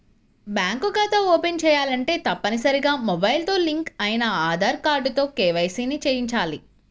bank ఖాతా open చేయాలంటే తప్పనిసరిగా మొబైల్ తో లింక్ అయిన ఆధార్ కార్డుతో కేవైసీ ని చేయించాలి